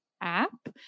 app